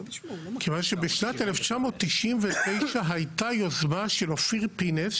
כיוון שבשנת 1999 הייתה יוזמה של אופיר פינס,